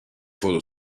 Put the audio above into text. foto